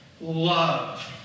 love